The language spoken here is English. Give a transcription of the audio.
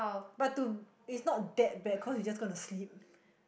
but to is not that bad cause you just gonna sleep